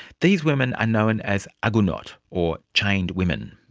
these women are known as agunot or chained women.